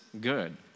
good